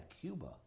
Cuba